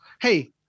hey